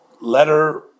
letter